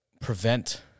prevent